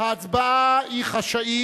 ההצבעה היא חשאית.